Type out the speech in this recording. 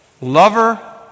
lover